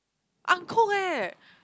uncooked leh